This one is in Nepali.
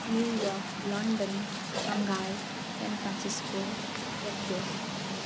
new York London Shanghai San Francisco Tokyo